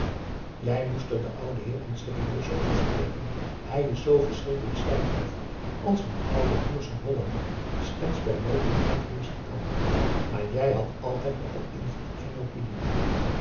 jij moest er den ouden heer eens serieus over spreken hij is z verschrikkelijk stijfhoofdig als n oude pur sang hollander slechts bij mogelijkheid wezen kan maar jij hadt altijd nogal invloed op zijn opinie